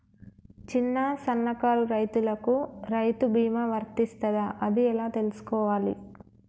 చిన్న సన్నకారు రైతులకు రైతు బీమా వర్తిస్తదా అది ఎలా తెలుసుకోవాలి?